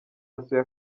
yasuye